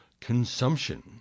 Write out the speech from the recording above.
consumption